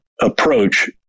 approach